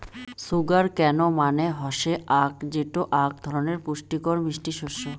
sugar cane মানে হসে আখ যেটো আক ধরণের পুষ্টিকর মিষ্টি শস্য